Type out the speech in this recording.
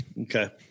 Okay